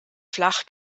flach